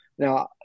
Now